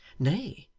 nay,